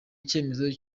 icyemezo